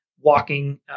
walking